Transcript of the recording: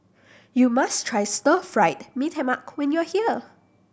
you must try Stir Fry Mee Tai Mak when you are here